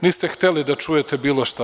Niste hteli da čujete bilo šta.